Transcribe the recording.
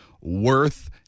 worth